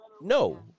No